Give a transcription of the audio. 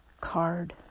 card